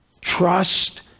trust